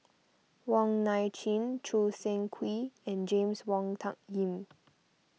Wong Nai Chin Choo Seng Quee and James Wong Tuck Yim